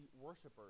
worshipers